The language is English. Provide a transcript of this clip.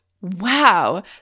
Wow